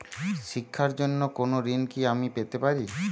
শিক্ষার জন্য কোনো ঋণ কি আমি পেতে পারি?